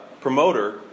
promoter